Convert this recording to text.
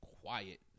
quiet